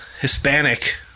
Hispanic